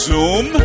Zoom